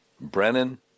Brennan